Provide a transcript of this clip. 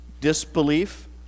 disbelief